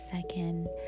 second